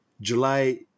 July